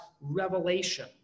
revelation